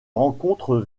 rencontre